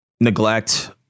neglect